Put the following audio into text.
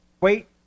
wait